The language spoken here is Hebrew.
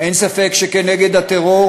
אין ספק שכנגד הטרור,